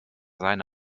seine